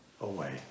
away